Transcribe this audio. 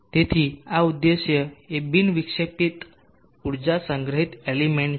તેથી આ ઉદ્દેશ્ય એ બિન વિક્ષેપિત ઊર્જા સંગ્રહિત એલિમેન્ટ છે